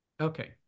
Okay